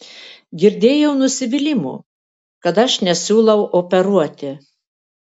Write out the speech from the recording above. girdėjau nusivylimų kad aš nesiūlau operuoti